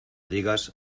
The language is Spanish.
digas